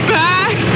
back